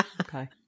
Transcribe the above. Okay